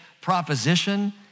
proposition